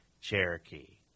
Cherokee